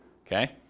okay